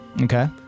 Okay